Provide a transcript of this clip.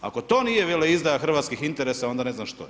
Ako to nije veleizdaja hrvatskih interesa, onda ne znam što je.